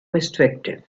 restrictive